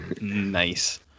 Nice